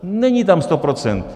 Není tam sto procent!